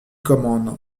commande